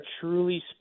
truly